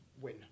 win